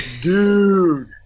Dude